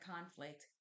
conflict